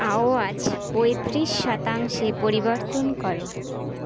আওয়াজ পঁয়ত্রিশ শতাংশে পরিবর্তন করো